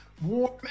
warm